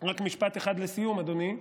רק משפט אחד לסיום, אדוני.